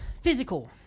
Physical